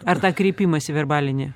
ar tą kreipimąsi verbalinį